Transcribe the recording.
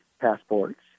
passports